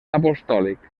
apostòlic